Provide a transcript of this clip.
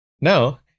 Now